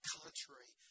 contrary